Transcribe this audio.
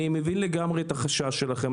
אני מבין לגמרי את החשש שלכם.